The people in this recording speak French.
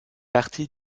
partie